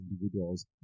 individuals